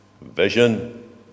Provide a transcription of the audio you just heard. vision